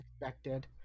expected